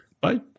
Bye